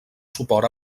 suport